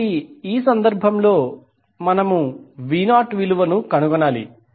కాబట్టి ఈ సందర్భంలో మనము v0 విలువను కనుగొనాలి